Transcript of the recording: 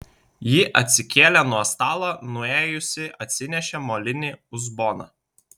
ji atsikėlė nuo stalo nuėjusi atsinešė molinį uzboną